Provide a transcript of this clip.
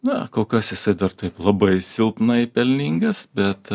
na kol kas jisai dar taip labai silpnai pelningas bet